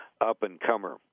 up-and-comer